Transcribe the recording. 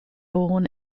born